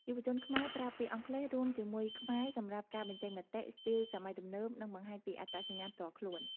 យុវជនខ្មែរប្រើពាក្យអង់គ្លេសរួមជាមួយខ្មែរសម្រាប់ការបញ្ចេញមតិ ស្ទីលសម័យទំនើប និងបង្ហាញពីអត្តសញ្ញាណផ្ទាល់ខ្លួន។